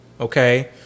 okay